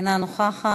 איננה נוכחת,